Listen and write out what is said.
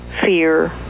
fear